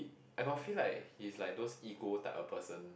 I got feel like he's like those ego type of person